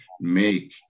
make